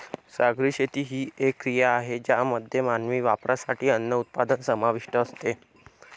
सागरी शेती ही एक क्रिया आहे ज्यामध्ये मानवी वापरासाठी अन्न उत्पादन समाविष्ट असते